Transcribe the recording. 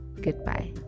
Goodbye